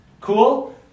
Cool